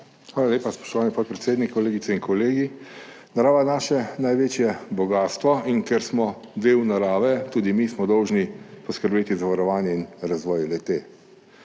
Hvala lepa, spoštovani podpredsednik. Kolegice in kolegi! Narava je naše največje bogastvo in ker smo del narave tudi mi, smo dolžni poskrbeti za varovanje in razvoj le-te.